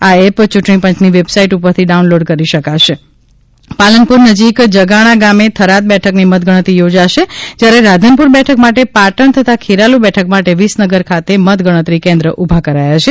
આ એપ ચૂંટણીપંચની વેબસાઇટ ઉપરથી ડાઉનલોડ કરી શકાશે પાલનપુર નજીક જગાણા ગામે થરાદ બેઠકની મતગણતરી યોજાશે જ્યારે રાધનપુર બેઠક માટે પાટણ તથા ખેરાલુ બેઠક માટે વિસનગર ખાતે મતગણતરી કેન્દ્ર ઊભા કરાયા છે